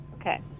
Okay